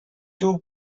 two